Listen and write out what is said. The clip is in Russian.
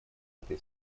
этой